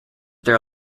their